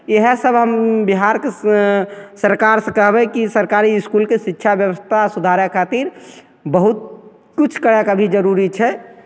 इएहसब हम बिहारके सरकारसे कहबै कि सरकारी इसकुलके शिक्षा बेबस्था सुधारै खातिर बहुत किछु करैके अभी जरूरी छै